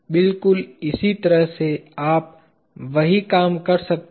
बिलकुल इसी तरह से आप वही काम कर सकते हैं